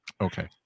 Okay